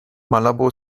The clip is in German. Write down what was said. malabo